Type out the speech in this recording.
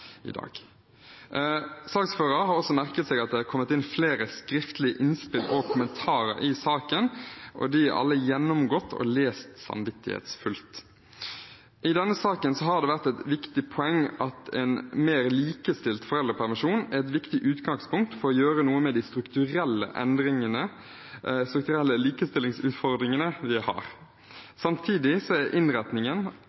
har også merket seg at det har kommet inn flere skriftlige innspill og kommentarer i saken, og de er alle gjennomgått og lest samvittighetsfullt. I denne saken har det vært et viktig poeng at en mer likestilt foreldrepermisjon er et viktig utgangspunkt for å gjøre noe med de strukturelle likestillingsutfordringene vi